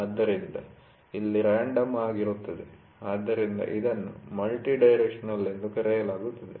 ಆದ್ದರಿಂದ ಇಲ್ಲಿ ರಾಂಡಮ್ ಆಗಿರುತ್ತದೆ ಆದ್ದರಿಂದ ಇದನ್ನು ಮಲ್ಟಿ ಡೈರೆಕ್ಷನಲ್ ಎಂದು ಕರೆಯಲಾಗುತ್ತದೆ